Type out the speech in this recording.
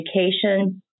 education